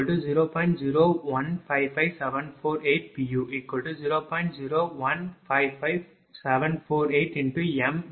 0155748 p